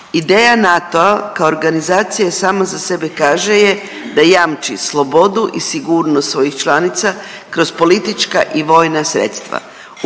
Ideja NATO-a kao organizacija sama za sebe kaže je da jamči slobodu i sigurnost svojih članica kroz politička i vojna sredstva.